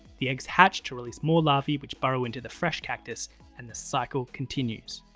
the eggs hatch to release more larvae which burrow into the fresh cactus and the cycle continues.